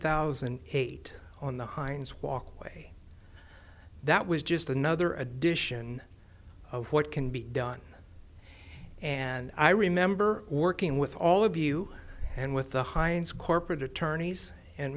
thousand and eight on the heinz walkway that was just another edition of what can be done and i remember working with all of you and with the heinz corporate attorneys and